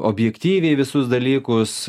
objektyviai visus dalykus